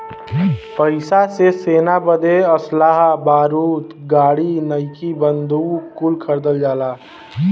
पइसा से सेना बदे असलहा बारूद गाड़ी नईकी बंदूक कुल खरीदल जाला